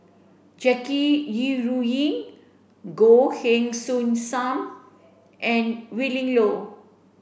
Jackie Yi Ru Ying Goh Heng Soon Sam and Willin Low